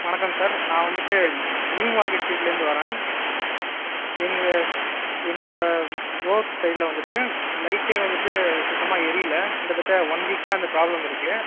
வணக்கம் சார் நான் வந்துவிட்டு நியூ மார்க்கெட் ஸ்ட்ரீட்லேந்து வரேன் எங்கள் எங்கள் ர ரோட் சைட்டில் வந்துவிட்டு லைட்டே வந்துவிட்டு சுத்தமாக எரியிவில கிட்டத்தட்ட ஒன் வீக்காக அந்த ப்ராப்ளம் இருக்கு